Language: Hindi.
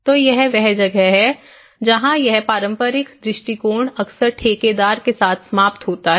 तो यह वह जगह है जहाँ यह पारंपरिक दृष्टिकोण अक्सर ठेकेदार के साथ समाप्त होता है